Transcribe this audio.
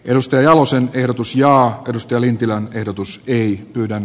nosta jalosen tiedotus ja edusti elintilan ehdotus jäi pöydän